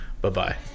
Bye-bye